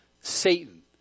Satan